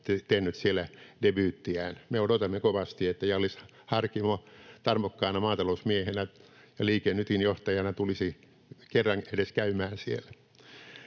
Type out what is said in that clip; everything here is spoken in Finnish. tehnyt siellä debyyttiään. Me odotamme kovasti, että Hjallis Harkimo tarmokkaana maatalousmiehenä ja Liike Nytin johtajana tulisi kerran edes käymään siellä.